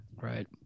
right